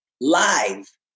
live